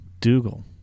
Dougal